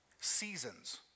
seasons